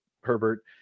Herbert